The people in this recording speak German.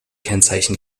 kennzeichen